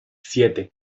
siete